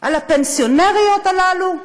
על הפנסיונריות האלה,